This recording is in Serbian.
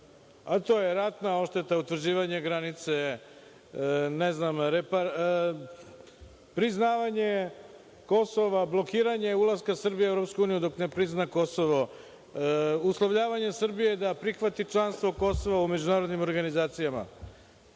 a to je ratna odšteta, utvrđivanje granice, priznavanje kosova, blokiranje Srbije za ulazak u EU dok ne prizna Kosovo, uslovljavanje Srbije da prihvati članstvo kosova u međunarodnim organizacijama,